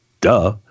Duh